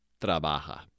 trabaja